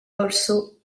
also